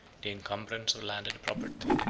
the encumbrance of landed property.